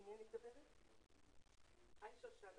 אנחנו נחזור בשעה 12:00. ננצל את הזמן